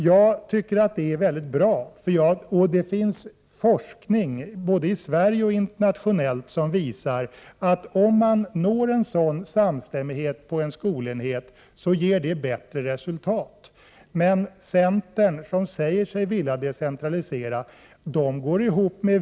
Jag tycker att detta är mycket bra. Både svensk och internationell forskning visar att det blir bättre resultat om man når samstämmighet på en skolenhet.